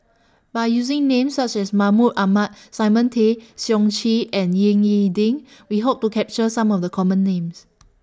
By using Names such as Mahmud Ahmad Simon Tay Seong Chee and Ying E Ding We Hope to capture Some of The Common Names